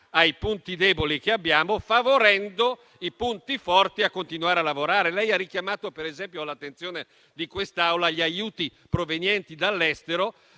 ai punti deboli che abbiamo, favorendo i punti forti per continuare a lavorare. Lei ha richiamato, per esempio, l'attenzione di quest'Assemblea agli aiuti provenienti dall'estero,